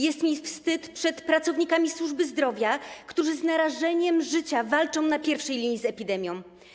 Jest mi wstyd przed pracownikami służby zdrowia, którzy z narażeniem życia walczą na pierwszej linii z epidemią.